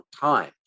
time